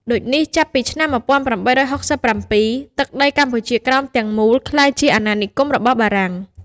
ដូចនេះចាប់ពី ឆ្នាំ ១៨៦៧ទឹកដីកម្ពុជាក្រោម ទាំងមូលក្លាយជាអាណានិគមរបស់បារាំង។